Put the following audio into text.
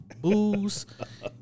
booze